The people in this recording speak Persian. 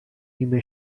نیمه